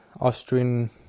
Austrian